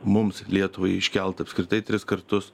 mums lietuvai iškelta apskritai tris kartus